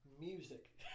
music